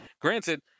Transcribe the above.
Granted